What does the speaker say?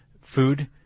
food